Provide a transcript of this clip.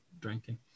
drinking